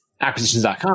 acquisitions.com